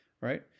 Right